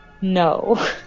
no